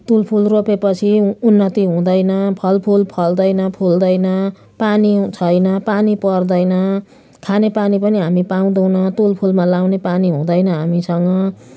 तुलफुल रोपेपछि उन्नति हुँदैन फलफुल फल्दैन फुल्दैन पानी छैन पानी पर्दैन खानेपानी पनि हामी पाउँदैनौँ तुलफुलमा लगाउने पानी हुँदैन हामीसँग